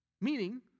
Meaning